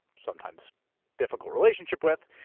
sometimes difficult relationship with,